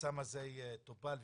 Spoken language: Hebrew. הביצוע בפועל,